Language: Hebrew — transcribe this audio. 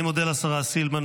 אני מודה לשרה סילמן,